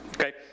okay